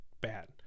Bad